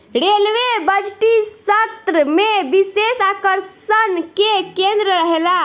railway बजटीय सत्र में विशेष आकर्षण के केंद्र रहेला